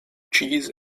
cheese